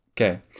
Okay